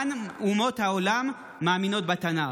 גם אומות העולם מאמינות בתנ"ך.